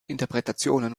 interpretationen